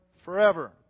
forever